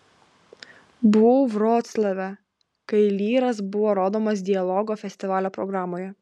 buvau vroclave kai lyras buvo rodomas dialogo festivalio programoje